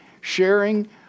sharing